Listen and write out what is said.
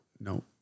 no